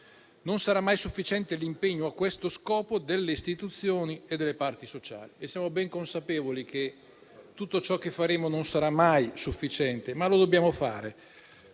Non sarà mai sufficiente l'impegno a questo scopo delle istituzioni e delle parti sociali». Siamo ben consapevoli che tutto ciò che faremo non sarà mai sufficiente, ma lo dobbiamo fare.